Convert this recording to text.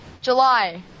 July